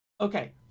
Okay